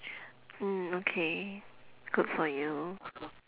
mm okay good for you